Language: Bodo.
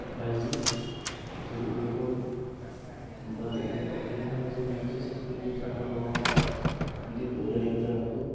गाज्रि नोंनि मेगन बा नोंनि देहाया जेबो एक्सारसायस गैयिनि थाखाय माबा मोनसे गिदिद लोमजानायबो जानो हागौ